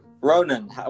Ronan